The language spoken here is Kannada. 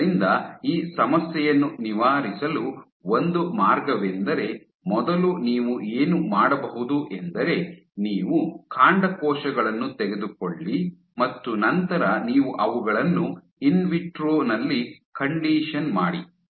ಆದ್ದರಿಂದ ಈ ಸಮಸ್ಯೆಯನ್ನು ನಿವಾರಿಸಲು ಒಂದು ಮಾರ್ಗವೆಂದರೆ ಮೊದಲು ನೀವು ಏನು ಮಾಡಬಹುದು ಎಂದರೆ ನೀವು ಕಾಂಡಕೋಶಗಳನ್ನು ತೆಗೆದುಕೊಳ್ಳಿ ಮತ್ತು ನಂತರ ನೀವು ಅವುಗಳನ್ನು ಇನ್ವಿಟ್ರೊ ನಲ್ಲಿ ಕಂಡೀಷನ್ ಮಾಡಿ